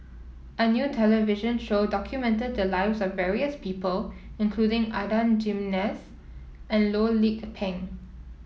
a new television show documented the lives of various people including Adan Jimenez and Loh Lik Peng